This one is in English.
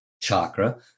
chakra